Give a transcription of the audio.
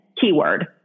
keyword